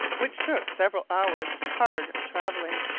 which took several hours hard travelling,